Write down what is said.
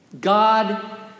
God